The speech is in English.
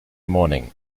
morning